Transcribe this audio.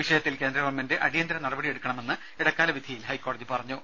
വിഷയത്തിൽ കേന്ദ്ര ഗവൺമെന്റ് അടിയന്തര നടപടി എടുക്കണമെന്ന് ഇടക്കാല വിധിയിൽ ഹൈക്കോടതി പറഞ്ഞു